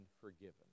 forgiven